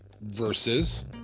versus